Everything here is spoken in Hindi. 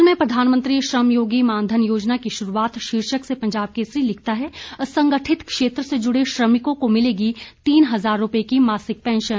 हिमाचल में प्रधानमंत्री श्रमयोगी मानधन योज़ना की शुरूआत शीर्षक से पंजाब केसरी लिखता है असंगठित क्षेत्र से जुड़े श्रमिकों को मिलेगी तीन हज़ार रूपए की मासिक पैंशन